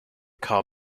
car